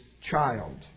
child